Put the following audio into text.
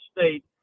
State